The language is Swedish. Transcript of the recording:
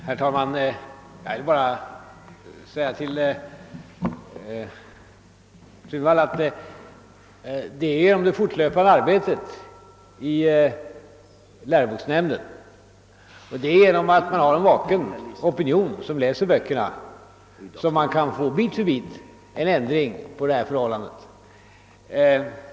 Herr talman! Det är genom det fortlöpande arbetet i läroboksnämnden och genom en vaken opinion från människor som läser böckerna som man undan för undan skall kunna genomföra ändringar i fråga om dessa förhållanden.